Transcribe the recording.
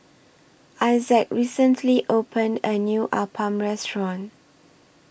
Issac recently opened A New Appam Restaurant